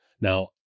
Now